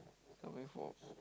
coming for